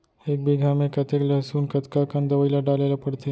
एक बीघा में कतेक लहसुन कतका कन दवई ल डाले ल पड़थे?